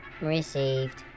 received